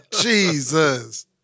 Jesus